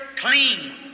clean